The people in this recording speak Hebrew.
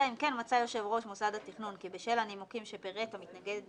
אלא אם כן מצא יושב-ראש מוסד התכנון כי בשל הנימוקים שפירט המתנגד בכתב,